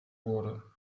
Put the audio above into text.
wurde